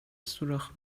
سوراخ